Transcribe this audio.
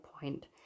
point